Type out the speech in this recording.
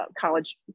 college